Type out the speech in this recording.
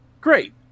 Great